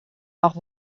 noch